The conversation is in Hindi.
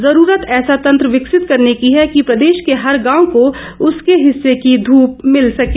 जरूरत ऐसा तंत्र विकसित करने की है कि प्रदेश के हर गांव को उसके हिस्से की धूप मिल सके